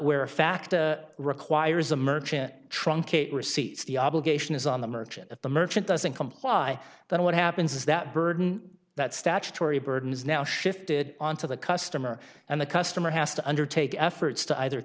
where a fact requires a merchant truncate receipts the obligation is on the merchant if the merchant doesn't comply then what happens is that burden that statutory burden is now shifted on to the customer and the customer has to undertake efforts to either